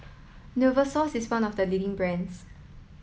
Novosource is one of the leading brands